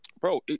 Bro